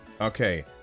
Okay